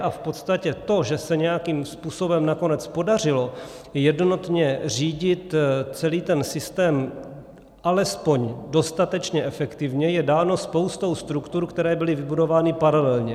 A v podstatě to, že se nějakým způsobem nakonec podařilo jednotně řídit celý ten systém alespoň dostatečně efektivně, je dáno spoustou struktur, které byly vybudovány paralelně.